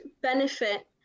benefit